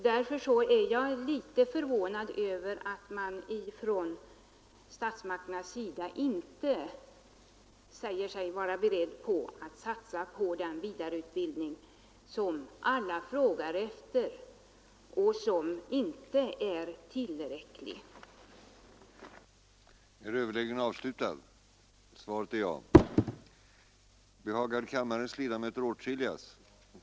Därför är jag litet förvånad över att man från statsmakternas sida inte är beredd att satsa på den vidareutbildning som alla frågar efter. Den är ju inte tillräckligt utbyggd.